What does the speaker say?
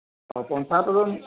অঁ পঞ্চায়তলৈ